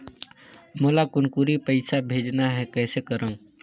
मोला कुनकुरी पइसा भेजना हैं, कइसे करो?